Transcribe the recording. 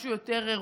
משהו יותר רוחבי,